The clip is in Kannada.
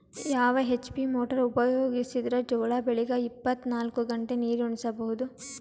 ಯಾವ ಎಚ್.ಪಿ ಮೊಟಾರ್ ಉಪಯೋಗಿಸಿದರ ಜೋಳ ಬೆಳಿಗ ಇಪ್ಪತ ನಾಲ್ಕು ಗಂಟೆ ನೀರಿ ಉಣಿಸ ಬಹುದು?